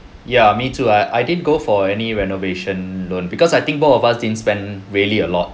ya me too I I didn't go for any renovation loan because I think both of us didn't spend really a lot